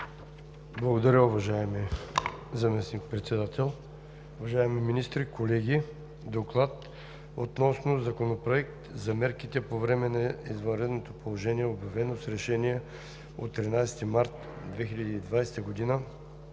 Благодаря, уважаеми господин Председател. Уважаеми министри, колеги! „ДОКЛАД относно Законопроект за мерките по време на извънредното положение, обявено с решение от 13 март 2020 г.